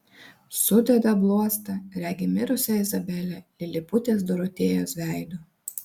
sudeda bluostą regi mirusią izabelę liliputės dorotėjos veidu